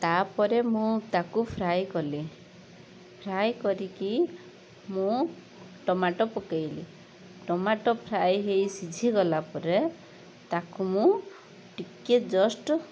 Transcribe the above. ତାପରେ ମୁଁ ତାକୁ ଫ୍ରାଏ କଲି ଫ୍ରାଏ କରିକି ମୁଁ ଟମାଟ ପକାଇଲି ଟମାଟ ଫ୍ରାଏ ହେଇ ସିଝିଗଲା ପରେ ତାକୁ ମୁଁ ଟିକେ ଜଷ୍ଟ୍